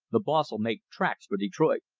the boss'll make tracks for detroit.